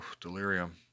delirium